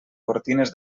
cortines